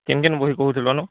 କିନ କିନ ବହି କହୁଥିଲ ନ